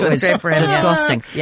disgusting